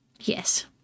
Yes